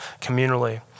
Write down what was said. communally